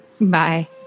Bye